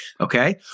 Okay